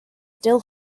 still